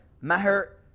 maher